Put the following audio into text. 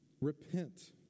Repent